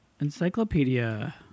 Encyclopedia